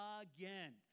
again